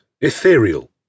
ethereal